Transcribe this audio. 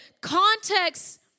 context